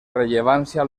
rellevància